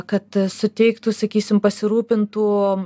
kad suteiktų sakysim pasirūpintų